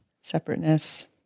separateness